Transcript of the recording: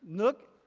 look,